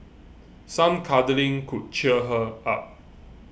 some cuddling could cheer her up